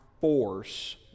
force